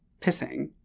pissing